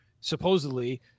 supposedly